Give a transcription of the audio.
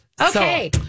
Okay